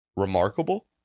remarkable